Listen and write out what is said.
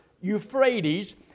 Euphrates